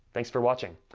thanks for watching.